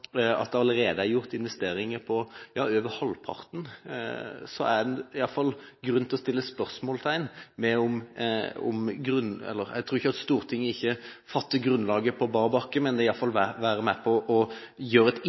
at vi ønsker at stortingsbehandlingen skal være mest mulig reell. Det er klart at når en ser at det allerede er gjort investeringer på over halvparten, er det grunn til å sette et spørsmålstegn – jeg tror ikke at Stortinget fatter vedtak på bar bakke, men det